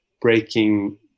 breaking